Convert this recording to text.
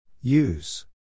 Use